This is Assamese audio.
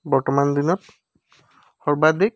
বৰ্তমান দিনত সৰ্বাধিক